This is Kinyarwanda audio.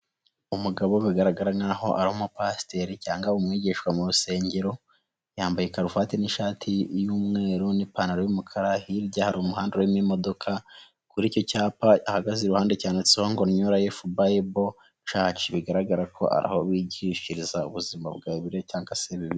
Umugabo bigaragara nkaho ari umu pasiteri cyangwa umwigishwa mu rusengero, yambaye karuvati n'ishati y'umweru, n'ipantaro y'umukara. Hirya hari umuhanda urimo imodoka, ku icyapa ahagaze iruhande cyanditseho ngo ''new life bible church'' bigaragara ko ari aho bigishiriza ubuzima bwa bibiriya.